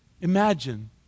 Imagine